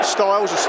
Styles